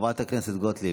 חברת הכנסת גוטליב,